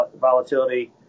volatility